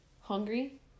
hungry